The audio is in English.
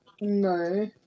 No